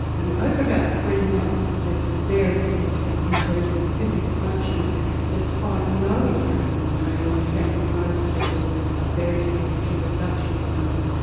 and over about three months there and is a very significant improvement in physical function despite no increase in the pain, and in fact in most people a very significant reduction in pain.